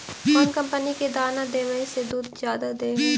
कौन कंपनी के दाना देबए से दुध जादा दे है?